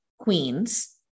queens